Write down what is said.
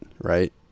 right